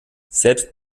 selbst